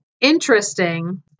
interesting